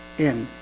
in